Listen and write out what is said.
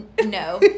No